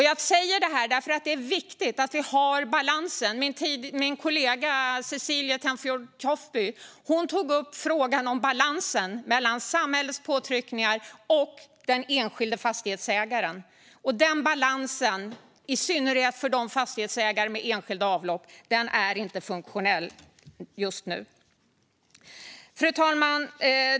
Jag säger detta eftersom det är viktigt att vi har en balans. Min kollega Cecilie Tenfjord Toftby tog upp balansen mellan samhällets påtryckningar och den enskilde fastighetsägaren. Den balansen, i synnerhet för fastighetsägare med enskilda avlopp, är inte funktionell just nu. Fru talman!